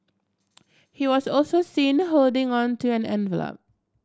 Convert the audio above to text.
he was also seen holding on to an envelop